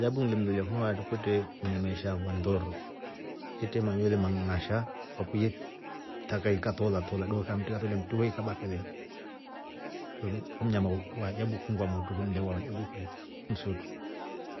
Mnyama wa ajabu ngilemlolya kunuati kwete mnyama eshaawa ndooru yete manywele maang'asha, papuye yetaka ikatoola toola dooka ya mtri ikalolya mndu yekaba kelele mnyama wa ajabu wamotu kunu msutu.